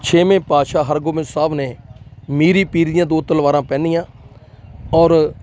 ਛੇਵੇਂ ਪਾਤਸ਼ਾਹ ਹਰਗੋਬਿੰਦ ਸਾਹਿਬ ਨੇ ਮੀਰੀ ਪੀਰੀ ਦੀਆਂ ਦੋ ਤਲਵਾਰਾਂ ਪਹਿਨੀਆਂ ਔਰ